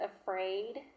afraid